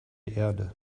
erde